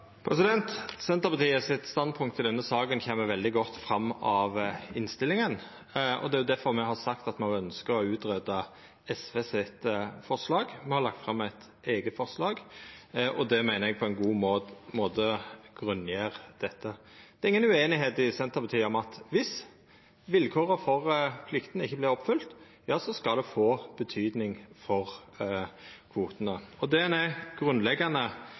i denne saka kjem veldig godt fram av innstillinga. Det er difor me har sagt at me ønskjer å greia ut SV sitt forslag. Me har lagt fram eit eige forslag, og det meiner eg grunngjev dette på ein god måte. Det er inga ueinigheit i Senterpartiet om det at viss vilkåra for pliktene ikkje vert oppfylte, skal det få betyding for kvotane. Det me er